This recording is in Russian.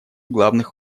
главных